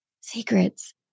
secrets